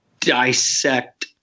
dissect